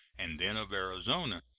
and then of arizona.